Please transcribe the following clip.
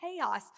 chaos